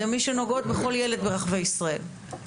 כמי שנוגעות בכל ילד ברחבי ישראל?